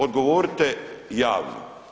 Odgovorite javno.